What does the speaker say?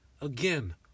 again